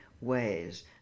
ways